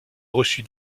reçu